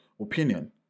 opinion